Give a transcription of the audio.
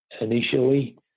initially